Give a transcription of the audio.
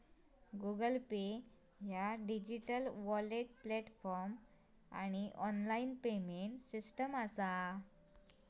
Google Pay ह्या digital wallet platform आणि online payment system असा